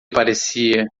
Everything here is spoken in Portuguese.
parecia